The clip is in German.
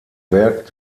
werk